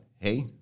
Hey